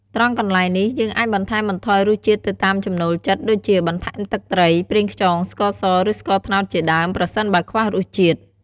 ត្រង់កន្លែងនេះ យើងអាចបន្ថែមបន្ថយរសជាតិទៅតាមចំណូលចិត្ត ដូចជា បន្ថែមទឹកត្រី ប្រេងខ្យង ស្ករស ឬ ស្ករត្នោតជាដើម ប្រសិនបើខ្វះរសជាតិ។